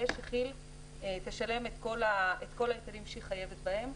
שכי"ל תשלם את כל ההיטלים שהיא חייבת בהם.